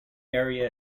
area